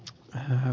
tähän